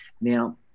Now